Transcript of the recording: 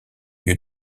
lieu